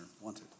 wanted